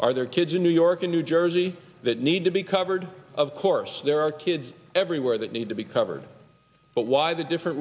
are there kids in new york and new jersey that need to be covered of course there are kids everywhere that need to be covered but why the different